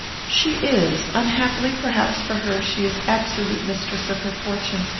she is. unhappily, perhaps, for her, she is absolute mistress of her fortune,